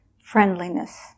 friendliness